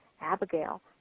Abigail